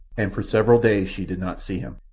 and for several days she did not see him.